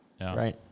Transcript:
right